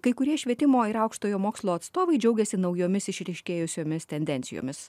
kai kurie švietimo ir aukštojo mokslo atstovai džiaugiasi naujomis išryškėjusiomis tendencijomis